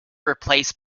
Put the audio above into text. replaced